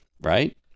Right